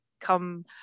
come